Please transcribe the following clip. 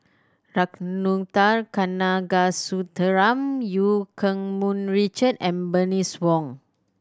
Ragunathar Kanagasuntheram Eu Keng Mun Richard and Bernice Wong